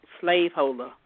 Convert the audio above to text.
slaveholder